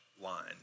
line